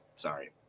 Sorry